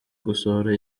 gusohora